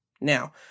Now